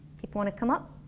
people wanna come up?